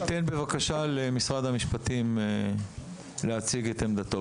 ניתן בבקשה למשרד המשפטים להציג את עמדתו,